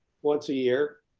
once a year.